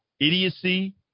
idiocy